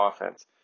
offense